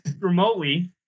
remotely